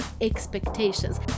expectations